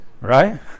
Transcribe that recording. right